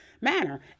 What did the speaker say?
manner